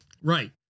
right